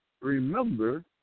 Remember